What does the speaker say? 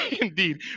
indeed